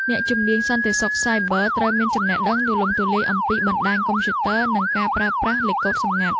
អ្នកជំនាញសន្តិសុខសាយប័រត្រូវមានចំណេះដឹងទូលំទូលាយអំពីបណ្តាញកុំព្យូទ័រ និងការប្រើប្រាស់លេខកូដសម្ងាត់។